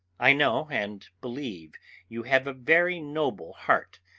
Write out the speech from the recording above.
i know and believe you have a very noble heart,